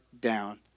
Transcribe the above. down